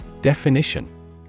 Definition